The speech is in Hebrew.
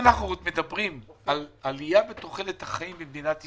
מדברים על עליה בתוחלת החיים במדינת ישראל,